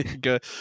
good